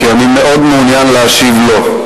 כי אני מאוד מעוניין להשיב לו.